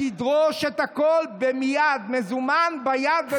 תדרוש את הכול ומייד, מזומן ביד ומייד.